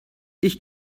ich